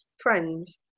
friends